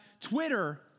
Twitter